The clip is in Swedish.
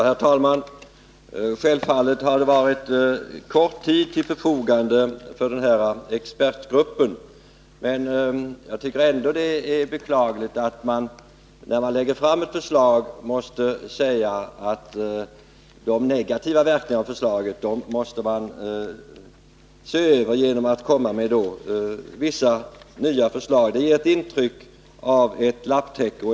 Herr talman! Självfallet har det varit kort tid som stått till förfogande för expertgruppen. Men jag tycker ändå det är beklagligt att man, när man lägger fram ett förslag, måste säga att de negativa verkningarna av förslaget måste ses över genom att man kommer med vissa nya förslag. Det ger intryck av ett lapptäcke.